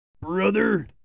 Brother